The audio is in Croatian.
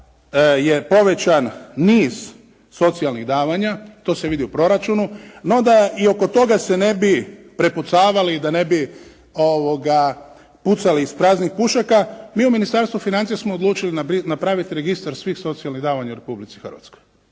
je povećan niz socijalnih davanja. To se vidi u proračunu. No, da i oko toga se ne bi prepucavali i da ne bi pucali iz praznih pušaka mi u Ministarstvu financija smo odlučili napraviti registar svih socijalnih davanja u Republici Hrvatskoj